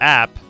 app